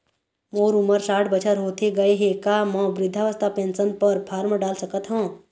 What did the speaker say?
मोर उमर साठ बछर होथे गए हे का म वृद्धावस्था पेंशन पर फार्म डाल सकत हंव?